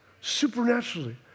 supernaturally